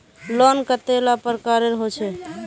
Loan कतेला प्रकारेर होचे?